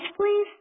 please